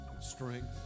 strength